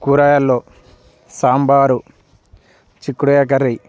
కూరగాయల్లో సాంబారు చిక్కుడు కాయ కర్రీ